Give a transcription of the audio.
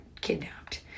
kidnapped